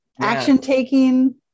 action-taking